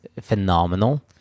phenomenal